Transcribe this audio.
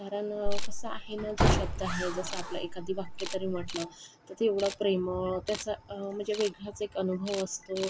कारण कसं आहे ना जो शब्द आहे जसं आपलं एखादं वाक्य जरी म्हटलं तर ते एवढं प्रेमळ त्याचा म्हणजे वेगळाच एक अनुभव असतो